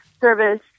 service